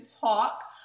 talk